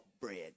bread